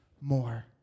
more